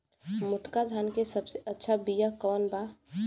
मोटका धान के सबसे अच्छा बिया कवन बा?